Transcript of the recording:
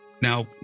Now